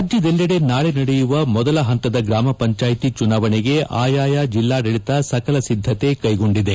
ರಾಜ್ಯದೆಲ್ಲೆಡೆ ನಾಳಿ ನಡೆಯುವ ಮೊದಲ ಹಂತದ ಗ್ರಾಮ ಪಂಚಾಯಿತಿ ಚುನಾವಣೆಗೆ ಆಯಾಯ ಜಿಲ್ಲಾದಳಿತ ಸಕಲ ಸಿದ್ದತೆ ಕೈಗೊಂಡಿದೆ